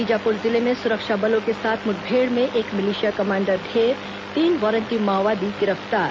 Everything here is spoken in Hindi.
बीजापुर जिले में सुरक्षा बलों के साथ मुठभेड़ में एक मिलिशिया कमांडर ढेर तीन वारंटी माओवादी गिरफ्तार